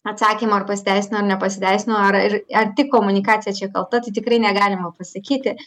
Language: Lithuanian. atsakymo ar pasiteisino ar nepasiteisino ar ir ar tik komunikacija čia kalta tai tikrai negalima pasakyti